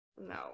no